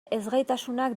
ezgaitasunak